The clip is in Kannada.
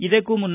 ಇದಕ್ಕೂ ಮುನ್ನ